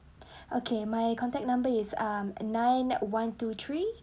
okay my contact number is um nine one two three